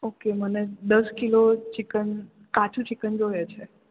okay મને દસ kilo chicken કાચું ચિકન જોઈએ છે